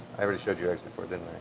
i already showed you eggs before, didn't